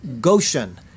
goshen